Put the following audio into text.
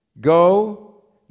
go